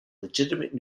legitimate